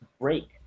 break